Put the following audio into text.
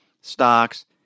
stocks